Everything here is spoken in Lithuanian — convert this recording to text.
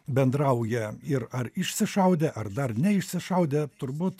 bendrauja ir ar išsišaudę ar dar neišsišaudę turbūt